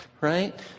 Right